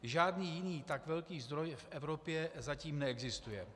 Žádný jiný tak velký zdroj v Evropě zatím neexistuje.